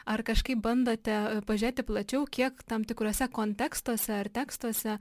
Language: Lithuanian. ar kažkaip bandote pažiūrėti plačiau kiek tam tikruose kontekstuose ar tekstuose